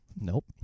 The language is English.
Nope